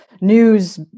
news